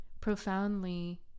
profoundly